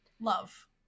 love